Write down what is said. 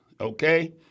okay